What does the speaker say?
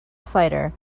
fighter